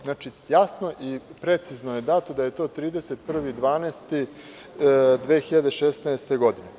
Znači, jasno i precizno je dato, 31.12.2016. godine.